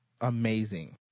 amazing